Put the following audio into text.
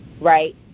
right